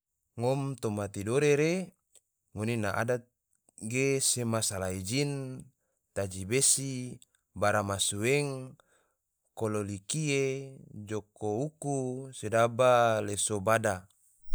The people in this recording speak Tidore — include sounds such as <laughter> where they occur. Ngom toma tidore re, ngone na adat ge sea salai jin, taji besi, baramasueng, kololi kie, joko uku, sedaba leso bada, <noise>